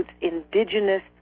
indigenous